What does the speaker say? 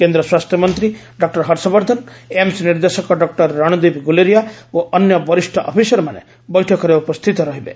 କେନ୍ଦ୍ର ସ୍ୱାସ୍ଥ୍ୟମନ୍ତ୍ରୀ ଡକ୍ଟର ହର୍ଷବର୍ଦ୍ଧନ ଏମସ୍ ନିର୍ଦ୍ଦେଶକ ଡକ୍ଟର ରଣଦୀପ ଗୁଲିରିଆ ଓ ଅନ୍ୟ ବରିଷ୍ଣ ଅଫିସର୍ମାନେ ବୈଠକରେ ଉପସ୍ଥିତ ରହିବେ